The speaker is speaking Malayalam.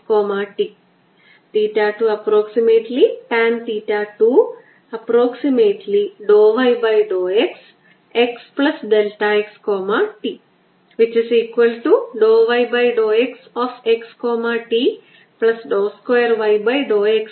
നമുക്ക് ഇപ്പോൾ കണ്ടെത്താൻ ആഗ്രഹിക്കുന്നത് ഉത്ഭവത്തിനുചുറ്റും വളരെ ചെറിയ ദൂരമുള്ള എപ്സിലോൺ എടുക്കുകയാണെങ്കിൽ എപ്സിലോൺ 0 ലേക്ക് പോകുന്ന പരിധിക്കുള്ളിൽ ഈ ഗോളത്തിന്റെ ചാർജ് നൽകുന്നത്